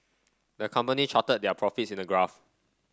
the company charted their profits in a graph